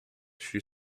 she